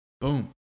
Boom